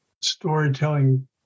storytelling